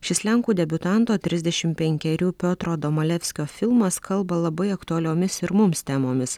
šis lenkų debiutanto trisdešim penkerių piotro domalevskio filmas kalba labai aktualiomis ir mums temomis